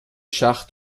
schach